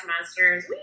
monsters